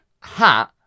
hat